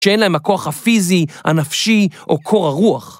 שאין להם הכוח הפיזי, הנפשי או קור הרוח.